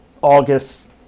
August